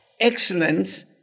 Excellence